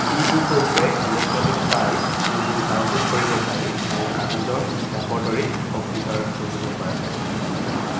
ই book হৈছে electronic file যিবোৰ download কৰিব পাৰি আৰু কাগজৰ কিতাপৰ দৰেই কম্পিউটাৰত পঢ়িব পৰা যায়